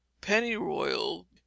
pennyroyal